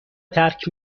ترک